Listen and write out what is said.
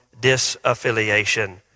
disaffiliation